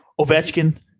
Ovechkin